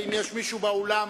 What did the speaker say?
אם יש מישהו באולם